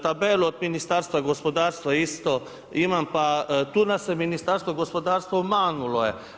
Tabelu od Ministarstva gospodarstva isto imam, pa tu nas je Ministarstvo gospodarstva obmanulo je.